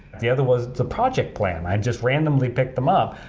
the other was the project plan. i just randomly picked them up.